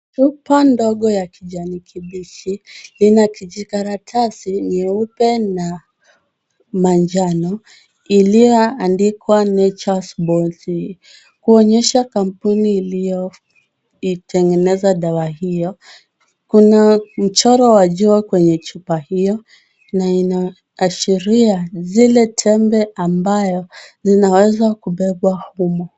Chupa ndogo ya kijani kibichi ina kijikaratasi nyeupe na manjano iliyoandikwa Natures bold kuonyesha kampuni iliyo itengeneza dawa hilo. Kuna mchoro wa jua kwenye chupa hiyo na inaashiria zile tembe ambayo inaweza kubebwa humu.